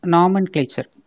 Nomenclature